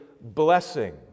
blessing